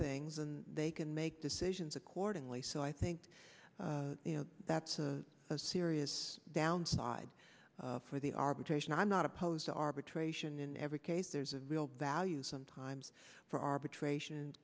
things and they can make decisions accordingly so i think that's a serious downside for the arbitration i'm not opposed to arbitration in every case there's a real value sometimes for arbitration